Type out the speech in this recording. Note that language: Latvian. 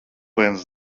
viens